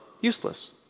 useless